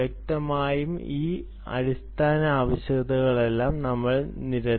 വ്യക്തമായും ഈ അടിസ്ഥാന ആവശ്യകതകളെല്ലാം നമ്മൾ നിരത്തി